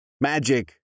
Magic